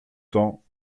temps